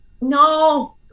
no